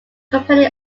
company